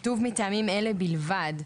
כתוב: "מטעמים אלה בלבד".